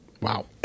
Wow